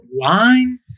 line